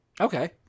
Okay